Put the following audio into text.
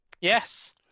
Yes